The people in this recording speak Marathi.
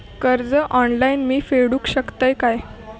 कर्ज ऑनलाइन मी फेडूक शकतय काय?